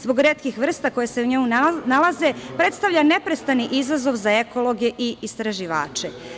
Zbog retkih vrsta koje se u njemu nalaze, predstavlja neprestani izazov za ekologe i istraživače.